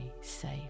safe